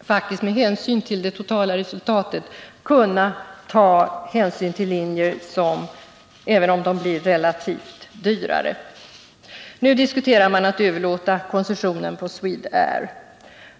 faktiskt med hänsyn till det totala resultatet kunna driva även linjer som blir relativt dyrare. Nu diskuterar man att överlåta koncessionen på Swedair AB.